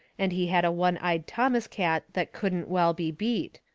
and he had a one-eyed thomas cat that couldn't well be beat.